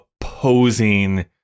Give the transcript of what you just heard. opposing